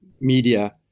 media